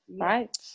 right